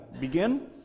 begin